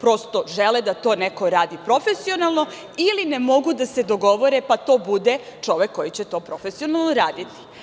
prosto, žele da to neko radi profesionalno, ili, ne mogu da se dogovore pa to bude čovek koji će to profesionalno raditi.